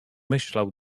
myślał